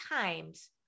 times